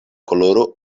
koloro